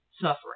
suffering